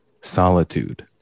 Solitude